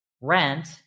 rent